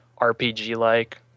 RPG-like